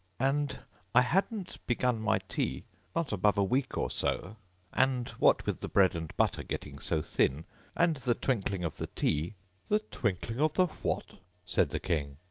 and i hadn't begun my tea not above a week or so and what with the bread-and-butter getting so thin and the twinkling of the tea the twinkling of the what said the king.